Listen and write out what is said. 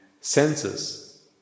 senses